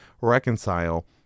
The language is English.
reconcile